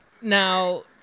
Now